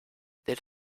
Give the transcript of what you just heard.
they